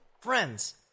friends